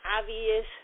obvious